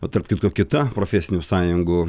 o tarp kitko kita profesinių sąjungų